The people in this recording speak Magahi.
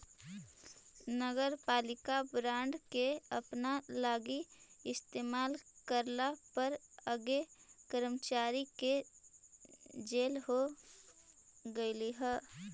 नगरपालिका बॉन्ड के अपना लागी इस्तेमाल करला पर एगो कर्मचारी के जेल हो गेलई हल